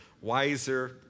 wiser